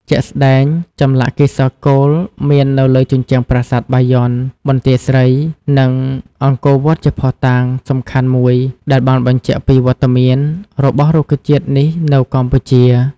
ជាក់ស្ដែង ចម្លាក់កេសរកូលមាននៅលើជញ្ជាំងប្រាសាទបាយ័ន បន្ទាយស្រី និងអង្គរវត្តជាភស្ដុតាងសំខាន់មួយដែលបានបញ្ជាក់ពីវត្តមាន របស់រុក្ខជាតិនេះនៅកម្ពុជា។